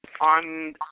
on